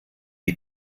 die